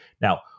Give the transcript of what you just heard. Now